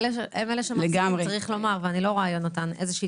האם קיימת עמותה או גוף כלשהו